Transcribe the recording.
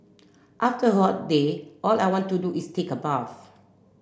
after a hot day all I want to do is take a bath